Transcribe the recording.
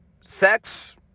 sex